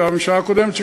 בממשלה הקודמת,